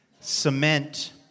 cement